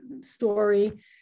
story